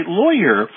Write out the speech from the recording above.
lawyer